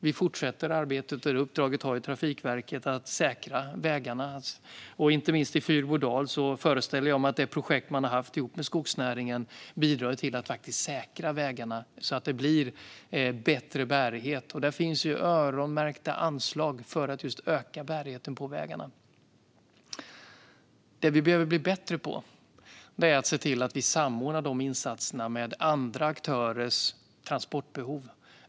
Det är Trafikverket som har i uppdrag att säkra vägarna, och inte minst i Fyrbodal föreställer jag mig att det projekt man har haft ihop med skogsnäringen bidrar till att säkra vägarna så att det blir bättre bärighet. Där finns öronmärkta anslag för att just öka bärigheten på vägarna. Det vi behöver bli bättre på är att samordna dessa insatser med andra aktörers transportbehov.